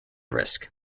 risk